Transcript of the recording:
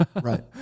right